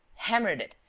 hammered it,